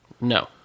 No